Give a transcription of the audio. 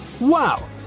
wow